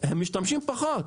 הם משתמשים פחות.